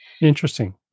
Interesting